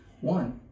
one